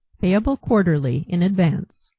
payable quarterly in advance.